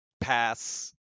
pass